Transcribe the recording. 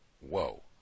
whoa